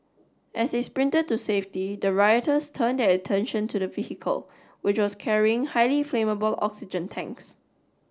as they sprinted to safety the rioters turned attention to the vehicle which was carrying highly flammable oxygen tanks